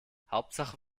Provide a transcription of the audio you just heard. hauptsache